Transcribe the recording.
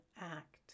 act